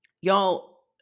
y'all